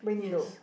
yes